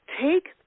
Take